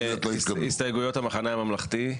הסתייגויות המחנה הממלכתי.